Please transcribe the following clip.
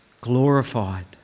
Glorified